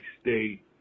state